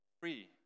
free